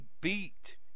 beat